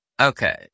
Okay